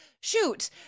shoot